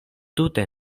tute